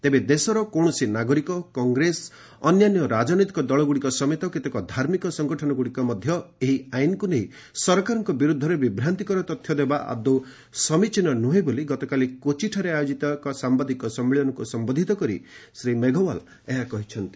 ତେବେ ଦେଶର କୌଣସି ନାଗରିକ କଂଗ୍ରେସ ଅନ୍ୟାନ୍ୟ ରାଜନୈତିକ ଦଳଗୁଡ଼ିକ ସମେତ କେତେକ ଧାର୍ମିକ ସଂଗଠନଗୁଡ଼ିକ ମଧ୍ୟ ଏହି ଆଇନ୍କୁ ନେଇ ସରକାରଙ୍କ ବିରୁଦ୍ଧରେ ବିଭ୍ରାନ୍ତିକର ତଥ୍ୟ ଦେବା ଆଦୌ ସମିଚୀନ ନୁହେଁ ବୋଲି ଗତାକାଲି କୋଚିଠାରେ ଆୟୋଜିତ ଏକ ସାମ୍ବାଦିକ ସମ୍ମିଳନୀକୁ ସମ୍ଘୋଧିତ କରି ଶ୍ରୀ ମେଘ୍ୱାଲ ଏହା କହିଛନ୍ତି